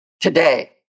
today